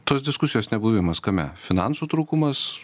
tos diskusijos nebuvimas kame finansų trūkumas